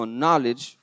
knowledge